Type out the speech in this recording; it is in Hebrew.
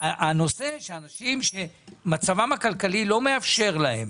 הנושא שאנשים שמצבם הכלכלי לא מאפשר להם